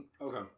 Okay